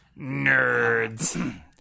Nerds